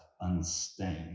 unstained